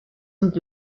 and